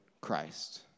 Christ